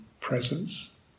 presence